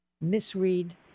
misread